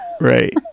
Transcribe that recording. right